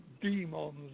demons